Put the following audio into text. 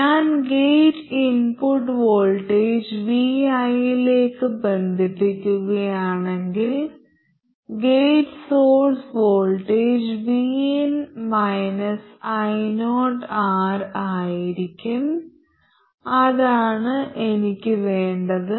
ഞാൻ gate input voltage vin ലേക്ക് ബന്ധിപ്പിക്കുകയാണെങ്കിൽ gate source voltage vin ioR ആയിരിക്കും അതാണ് എനിക്ക് വേണ്ടത്